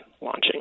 launching